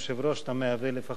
אתה לפחות רבע